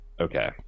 Okay